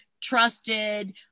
trusted